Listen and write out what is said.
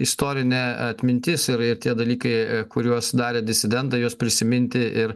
istorinė atmintis ir ir tie dalykai kuriuos darė disidentai juos prisiminti ir